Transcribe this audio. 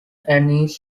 anxiety